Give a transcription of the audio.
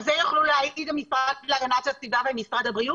על זה יוכלו להעיד המשרד להגנת הסביבה ומשרד הבריאות,